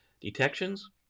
detections